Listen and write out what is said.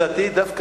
חבר הכנסת זאב?